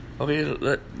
okay